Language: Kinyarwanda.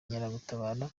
inkeragutabara